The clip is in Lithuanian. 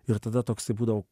ir tada toksai būdavau